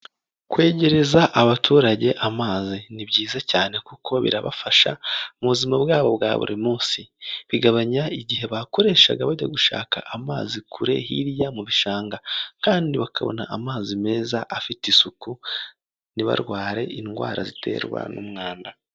Kwegereza abaturage amazi ni byiza cyane kuko birabafasha mu buzima bwabo bwa buri munsi, bigabanya igihe bakoreshaga bajya gushaka amazi, kure hirya mu bishanga kandi bakabona amazi meza afite isuku ntibarware indwara ziterwa n'umwanda.